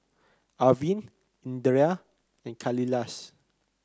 Arvind Indira and Kailash